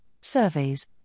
surveys